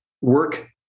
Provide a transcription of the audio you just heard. work